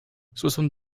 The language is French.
soixante